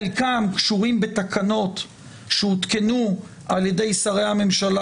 חלקם קשורים בתקנות שהותקנו על ידי שרי הממשלה